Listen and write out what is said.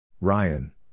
Ryan